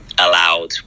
Allowed